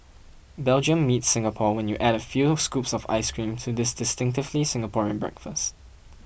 Belgium meets Singapore when you add a few scoops of ice cream to this distinctively Singaporean breakfast